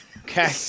Okay